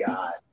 God